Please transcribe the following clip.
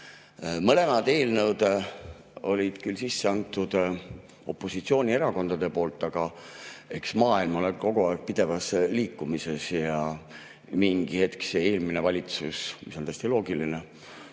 Mõlemad eelnõud olid küll sisse antud opositsioonierakondade poolt, aga eks maailm ole kogu aeg pidevas liikumises ja mingi hetk see eelmine valitsus, mis on täiesti loogiline,